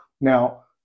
Now